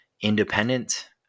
independent